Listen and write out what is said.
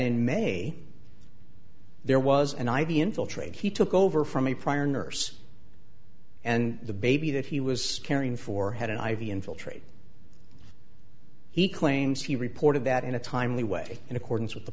in may there was an i v infiltrate he took over from a prior nurse and the baby that he was caring for had an i v infiltrate he claims he reported that in a timely way in accordance with the